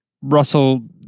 Russell